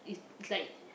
it's like